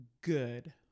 Good